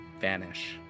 vanish